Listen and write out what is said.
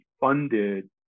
funded